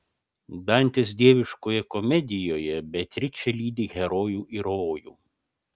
dantės dieviškoje komedijoje beatričė lydi herojų į rojų